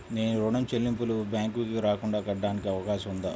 నేను ఋణం చెల్లింపులు బ్యాంకుకి రాకుండా కట్టడానికి అవకాశం ఉందా?